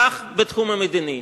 כך בתחום המדיני,